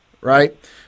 right